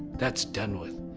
that's done with.